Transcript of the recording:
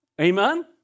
Amen